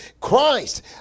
Christ